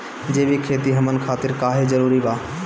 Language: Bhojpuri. जैविक खेती हमन खातिर काहे जरूरी बा?